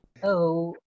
Hello